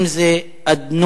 האם זה אדנות